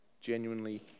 genuinely